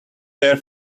their